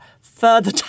further